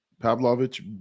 Pavlovich